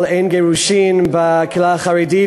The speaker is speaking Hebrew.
שאין גירושין בקהילה החרדית,